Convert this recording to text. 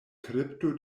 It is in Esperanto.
kripto